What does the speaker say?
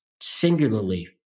singularly